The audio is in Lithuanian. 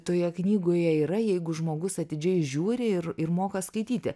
toje knygoje yra jeigu žmogus atidžiai žiūri ir ir moka skaityti